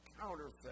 counterfeit